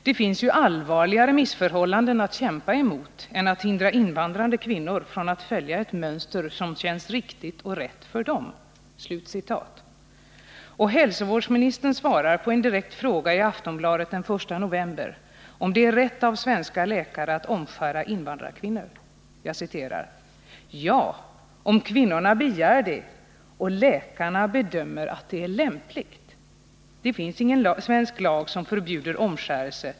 Det finns ju allvarligare missförhållanden att kämpa emot än att hindra invandrade kvinnor från att följa ett mönster som känns riktigt och rätt för dem.” Och hälsovårdsministern svarar på en direkt fråga i Aftonbladet den 1 november om det är rätt av svenska läkare att omskära invandrarkvinnor: ”Ja, om kvinnorna begär det och läkarna bedömer att det är lämpligt. Det finns ingen svensk lag som förbjuder omskärelse.